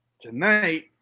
Tonight